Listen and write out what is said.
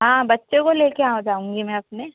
हाँ बच्चे को ले कर आ जाऊँगी मैं अपने